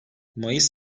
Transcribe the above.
mayıs